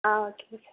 ஆ ஓகேங்க சார்